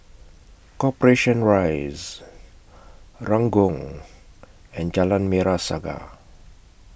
Corporation Rise Ranggung and Jalan Merah Saga